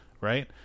right